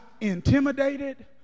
intimidated